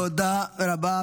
תודה רבה.